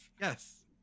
yes